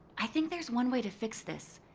i think there's one way to fix this.